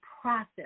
process